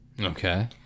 Okay